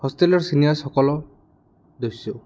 হোষ্টেলৰ ছিনিয়াৰছসকলৰ দেখিছোঁ